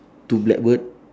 two black bird